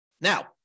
Now